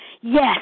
Yes